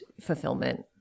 fulfillment